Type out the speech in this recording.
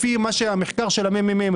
לפי מה שנמצא במחקר של הממ"מ,